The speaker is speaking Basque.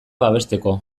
babesteko